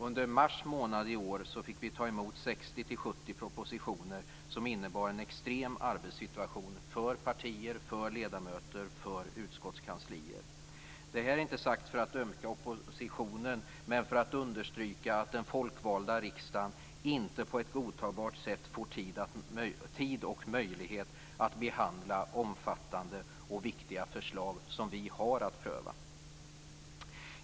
Under mars månad i år fick vi ta emot 60-70 propositioner. Det innebar en extrem arbetssituation för partier, ledamöter och utskottskanslier. Det här är inte sagt för att ömka oppositionen utan för att understryka att den folkvalda riksdagen inte på ett godtagbart sätt får tid och möjlighet att behandla de omfattande och viktiga förslag som vi har att pröva.